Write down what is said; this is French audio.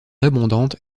abondantes